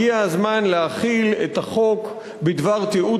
הגיע הזמן להחיל את החוק בדבר תיעוד